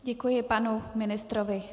Děkuji panu ministrovi.